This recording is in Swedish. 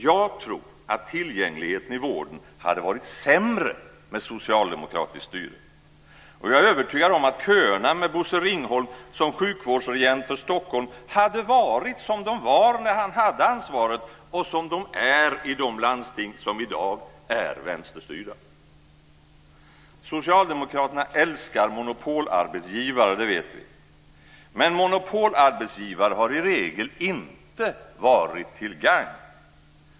Jag tror att tillgängligheten i vården hade varit sämre med socialdemokratiskt styre, och jag är övertygad om att köerna med Bosse Ringholm som sjukvårdsregent för Stockholm hade varit som de var när han hade ansvaret och som de är i de landsting som i dag är vänsterstyrda. Socialdemokraterna älskar monopolarbetsgivare - det vet vi - men monopolarbetsgivare har i regel inte varit till gagn.